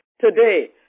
today